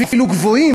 אפילו גבוהים,